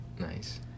Nice